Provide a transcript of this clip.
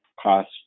Cost